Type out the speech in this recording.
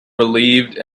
relieved